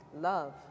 Love